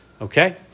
Okay